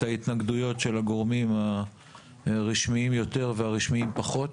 ההתנגדויות של הגורמים הרשמיים יותר והרשמיים פחות.